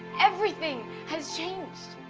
everything has changed.